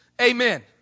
Amen